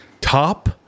Top